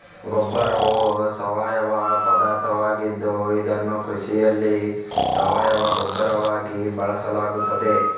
ಗೊಬ್ಬರವು ಸಾವಯವ ಪದಾರ್ಥವಾಗಿದ್ದು ಇದನ್ನು ಕೃಷಿಯಲ್ಲಿ ಸಾವಯವ ಗೊಬ್ಬರವಾಗಿ ಬಳಸಲಾಗುತ್ತದೆ